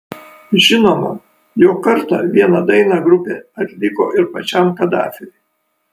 žinoma jog kartą vieną dainą grupė atliko ir pačiam kadafiui